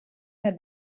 heard